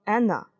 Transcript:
Anna